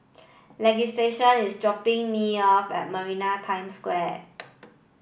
Leighton is dropping me off at Maritime Square